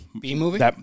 B-movie